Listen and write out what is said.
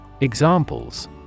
Examples